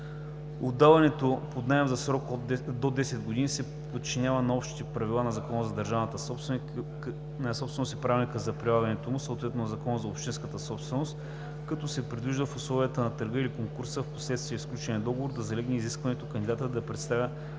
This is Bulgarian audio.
Отдаването под наем за срок до 10 години се подчинява на общите правила на Закона за държавната собственост и Правилника за прилагането му, съответно на Закона за общинската собственост, като се предвижда в условията на търга или конкурса, а впоследствие и в сключения договор да залегне изискването кандидатите да представят